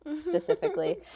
specifically